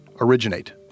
originate